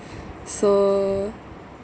so